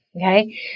Okay